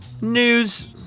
news